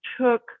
took